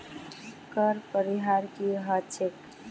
कर परिहार की ह छेक